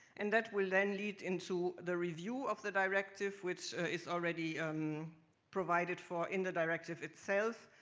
and that will then lead into the review of the directive, which is already um provided for in the directive itself.